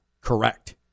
correct